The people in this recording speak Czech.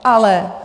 Ale!